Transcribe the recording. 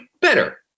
better